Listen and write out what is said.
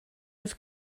was